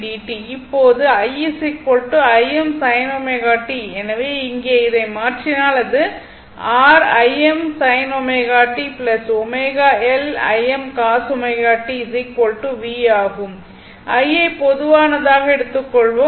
இப்போது i Im sin ω t எனவே இங்கே இதை மாற்றினால் அது R Im sin ω t ω L Im cos ω t v ஆகும் Im யை பொதுவானதாக எடுத்து கொள்வோம்